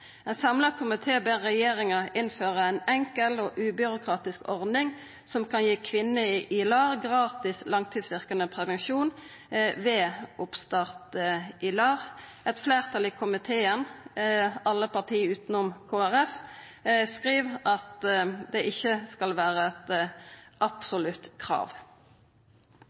Ein samla komité ber regjeringa «innføre en enkel og ubyråkratisk ordning som kan gi kvinner i LAR gratis langtidsvirkende prevensjon ved oppstart i LAR.» Eit fleirtal i komiteen, alle parti utenom Kristeleg Folkeparti, skriv at det ikkje skal vera eit absolutt krav.